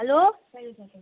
hello